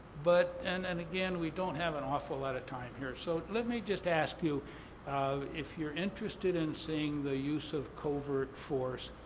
but and and, again, we don't have an awful lot of time here, so let me just ask you if you're interested in seeing the use of covert force,